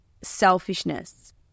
Selfishness